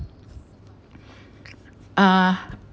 ah